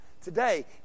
today